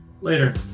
Later